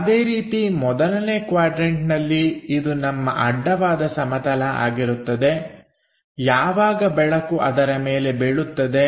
ಅದೇ ರೀತಿ ಮೊದಲನೇ ಕ್ವಾಡ್ರನ್ಟನಲ್ಲಿ ಇದು ನಮ್ಮ ಅಡ್ಡವಾದ ಸಮತಲ ಆಗಿರುತ್ತದೆ ಯಾವಾಗ ಬೆಳಕು ಅದರ ಮೇಲೆ ಬೀಳುತ್ತದೆ